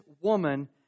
woman